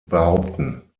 behaupten